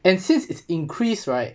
and since it's increased right